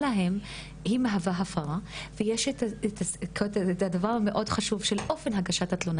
להם היא מהווה הפרה ויש את הדבר המאוד חשוב של אופן הגשת התלונה